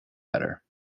better